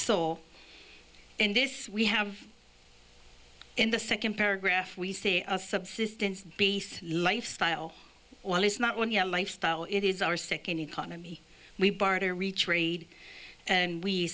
so in this we have in the second paragraph we say a subsistence lifestyle while it's not on your lifestyle it is our second economy we barter reach raid and we